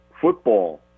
football